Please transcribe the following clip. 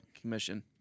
Commission